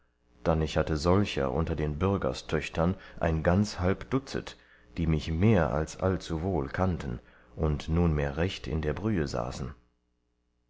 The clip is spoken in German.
dann ich hatte solcher unter den bürgerstöchtern ein ganz halb dutzet die mich mehr als allzuwohl kannten und nunmehr recht in der brühe saßen